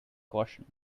caution